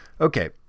okay